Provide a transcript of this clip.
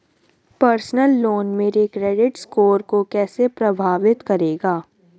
Personal loan मेरे credit score को कैसे प्रभावित करेगा?